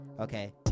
okay